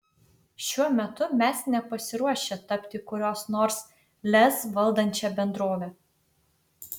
šiuo metu mes nepasiruošę tapti kurios nors lez valdančia bendrove